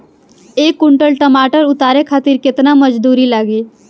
एक कुंटल टमाटर उतारे खातिर केतना मजदूरी लागी?